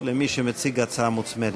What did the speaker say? למי שמציג הצעה מוצמדת.